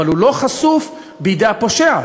אבל הוא לא חשוף בידי הפושע,